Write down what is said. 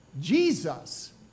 Jesus